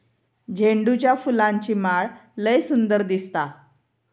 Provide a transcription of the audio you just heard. झेंडूच्या फुलांची माळ लय सुंदर दिसता